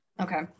Okay